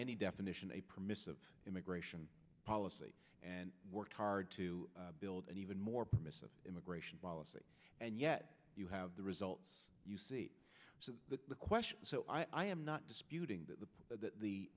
any definition a permissive immigration policy and worked hard to build a even more permissive immigration policy and yet you have the results you see the question so i am not disputing the that the